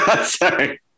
Sorry